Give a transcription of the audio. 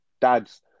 dads